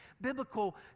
biblical